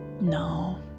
No